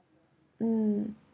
mm